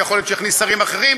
ויכול להיות שהוא יכניס שרים אחרים,